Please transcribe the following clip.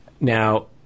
Now